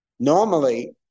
Normally